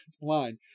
line